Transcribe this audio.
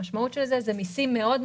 המשמעות של זה היא מסים יפים מאוד,